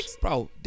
bro